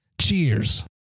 Cheers